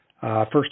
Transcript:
first